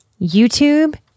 YouTube